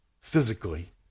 physically